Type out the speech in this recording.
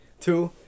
Two